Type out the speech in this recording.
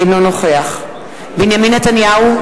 אינו נוכח בנימין נתניהו,